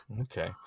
Okay